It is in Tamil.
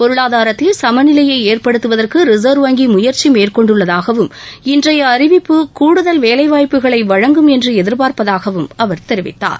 பொருளாதாரத்தில் சம நிலையை ஏற்படுத்துவதற்கு ரிசர்வ் வங்கி முயற்சி மேற்கொண்டுள்ளதாகவும் இன்றைய அறிவிப்பு கூடுதல் வேலைவாய்ப்புகளை வழங்கும் என்று எதிர்பார்ப்பதாகவும் தெரிவித்தார்